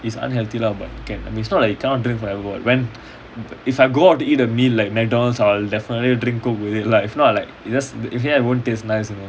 is unhealthy lah but can I mean it's not like you cannot drink forever [what] when if I go out to eat a meal like McDonald's I'll definitely drink coke with it lah if not like it wouldn't taste nice you know